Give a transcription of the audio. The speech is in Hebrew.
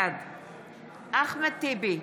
בעד אחמד טיבי,